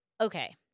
okay